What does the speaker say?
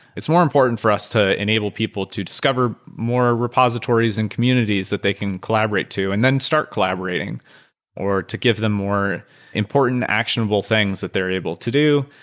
it's more important for us to enable people to discover more repositories in communities that they can collaborate to and then start collaborating or to give them more important actionable things that they're able to do,